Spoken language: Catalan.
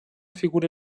figura